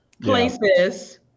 places